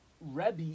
Rebbe